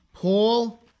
Paul